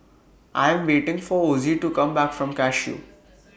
I Am waiting For Ozie to Come Back from Cashew